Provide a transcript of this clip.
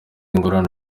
ingorane